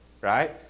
right